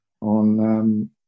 on